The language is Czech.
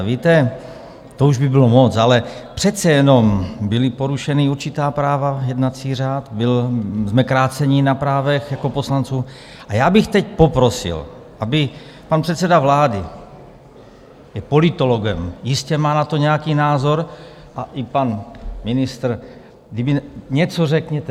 Víte, to už by bylo moc, ale přece jenom byla porušena určitá práva, jednací řád, byli jsme kráceni na právech jako poslanci, a já bych teď poprosil, aby pan předseda vlády je politologem, jistě má na to nějaký názor a i pan ministr, kdyby... něco řekněte.